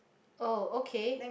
oh okay